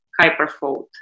Hyperfold